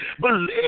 Believe